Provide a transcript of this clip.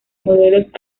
modelos